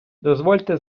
дозвольте